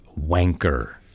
wanker